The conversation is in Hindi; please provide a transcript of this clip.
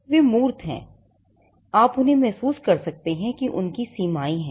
वे मूर्त हैं आप उन्हें महसूस कर सकते हैं कि उनकी सीमाएँ हैं